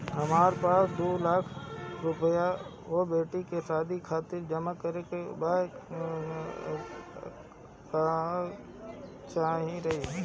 हमरा पास दू लाख रुपया बा बेटी के शादी खातिर जमा करे के बा कवन सही रही?